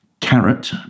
carrot